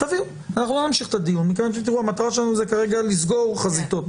הרבה משרדי ממשלה חברות חיצוניות שזוכות במכרז,